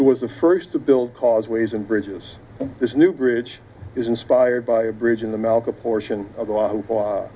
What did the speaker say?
who was the first to build causeways and bridges this new bridge is inspired by a bridge in the mouth a portion of the